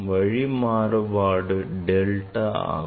வழி மாறுபாடு delta ஆகும்